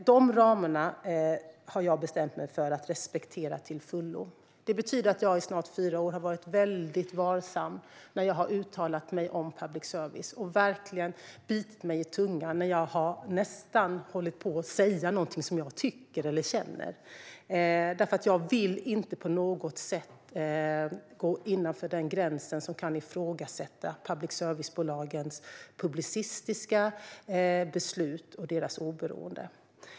De ramarna har jag bestämt mig för att respektera till fullo. Det betyder att jag i snart fyra år har varit väldigt varsam när jag har uttalat mig om public service och verkligen bitit mig i tungan när jag nästan har hållit på att säga någonting som jag tycker eller känner. Jag vill inte på något sätt gå innanför den gräns som kan ifrågasätta public service-bolagens publicistiska beslut och deras oberoende.